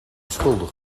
schuldig